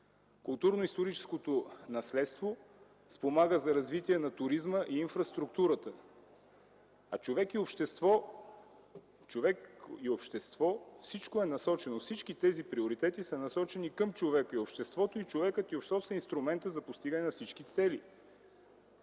Културно-историческото наследство спомага за развитие на туризма и инфраструктурата, а „Човек и общество” – всички тези приоритети са насочени към човека и обществото и човекът и обществото са инструмента за постигане на всички цели.